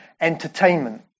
entertainment